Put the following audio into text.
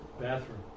Bathroom